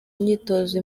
myitozo